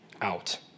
out